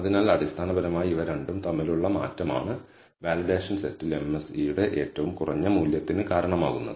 അതിനാൽ അടിസ്ഥാനപരമായി ഇവ രണ്ടും തമ്മിലുള്ള മാറ്റമാണ് വാലിഡേഷൻ സെറ്റിൽ MSE യുടെ ഈ ഏറ്റവും കുറഞ്ഞ മൂല്യത്തിന് കാരണമാകുന്നത്